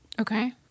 Okay